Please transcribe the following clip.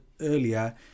earlier